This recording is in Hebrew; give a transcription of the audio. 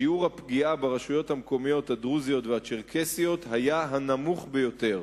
שיעור הפגיעה ברשויות המקומיות הדרוזיות והצ'רקסיות היה הנמוך ביותר.